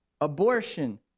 Abortion